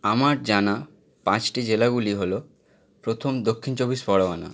আমার জানা পাঁচটি জেলাগুলি হলো প্রথম দক্ষিণ চব্বিশ পরগনা